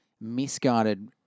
misguided